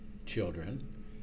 Children